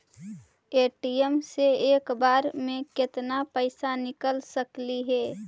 ATM से एक बार मे केत्ना पैसा निकल सकली हे?